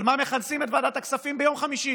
ועל מה מכנסים את ועדת הכספים ביום חמישי,